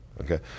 Okay